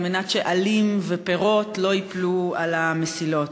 מנת שעלים ופירות לא ייפלו על המסילות.